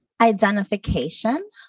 Identification